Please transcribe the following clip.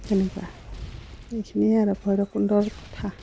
তেনেকুৱা এইখিনিয়ে আৰু ভৈৰকুণ্ডৰ কথা